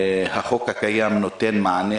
החוק הקיים נותן מענה